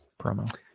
promo